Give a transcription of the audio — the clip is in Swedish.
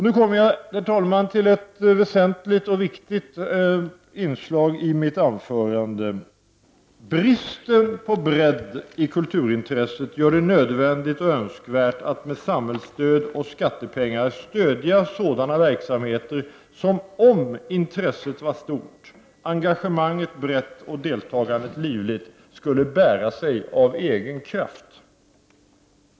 Nu kommer jag, herr talman, till ett väsentligt inslag i mitt anförande. Bristen på bredd i kulturintresset gör det nödvändigt och önskvärt att med samhällsstöd och skattepengar stödja sådana verksamheter som, om intresset vore stort, engagemanget brett och deltagandet livligt, skulle bära sig av egen kraft.